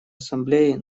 ассамблеи